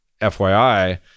FYI